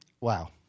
Wow